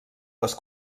les